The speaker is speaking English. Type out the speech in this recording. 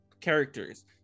characters